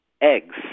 eggs